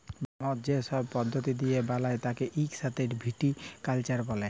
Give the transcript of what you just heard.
মদ যে সব পদ্ধতি দিয়ে বালায় তাকে ইক সাথে ভিটিকালচার ব্যলে